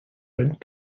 went